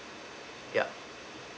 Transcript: yup